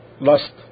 lust